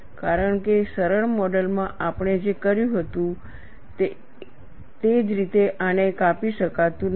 કારણ કે સરળ મોડલ માં આપણે જે કર્યું હતું તે જ રીતે આને કાપી શકાતું નથી